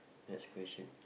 next question